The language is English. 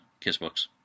Kissbooks